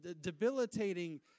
debilitating